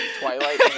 Twilight